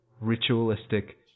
Ritualistic